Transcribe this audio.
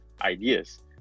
ideas